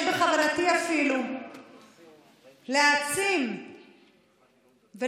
יש בכוונתי אפילו להעצים ולראות,